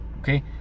okay